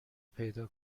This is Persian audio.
پیدا